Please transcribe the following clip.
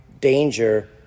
danger